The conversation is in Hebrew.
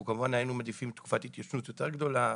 אנחנו כמובן היינו מעדיפים תקופת התיישנות יותר גדולה,